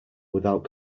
without